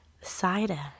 Cider